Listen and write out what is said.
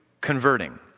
Converting